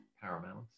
paramount